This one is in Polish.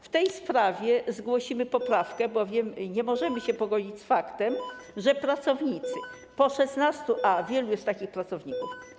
W tej sprawie zgłosimy poprawkę, bowiem nie możemy się pogodzić z faktem, że pracownicy po 16 latach, a wielu jest takich pracowników.